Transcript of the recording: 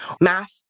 Math